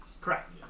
Correct